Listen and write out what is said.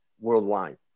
worldwide